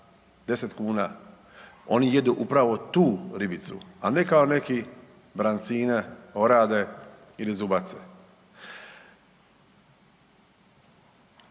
10 kuna, oni jedu upravo tu ribicu, a ne kao neki brancina, orade ili zubace.